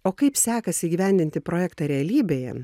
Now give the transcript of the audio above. o kaip sekasi įgyvendinti projektą realybėje